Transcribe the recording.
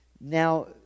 Now